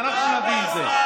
ואנחנו נביא את זה.